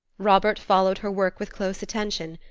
robert followed her work with close attention,